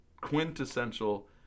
quintessential